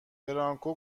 برانکو